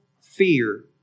fear